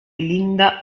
linda